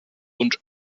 und